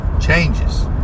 changes